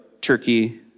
Turkey